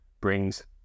brings